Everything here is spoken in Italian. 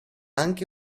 anche